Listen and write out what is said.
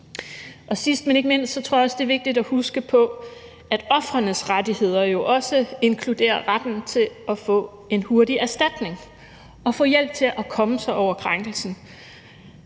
Sidst, men ikke mindst, tror jeg også, at det er vigtigt at huske på, at ofrenes rettigheder jo også inkluderer rettigheden til at få en hurtig erstatning og til at få hjælp til at komme sig over krænkelsen.